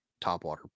topwater